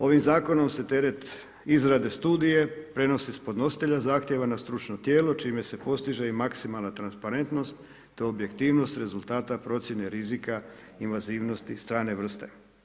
Ovim zakonom se teret izrade studije prenosi s podnositelja zahtijeva na stručno tijelo čime se postiže i maksimalna transparentnost, te objektivnost rezultata procjene rizika invazivnosti strane vrste.